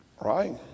right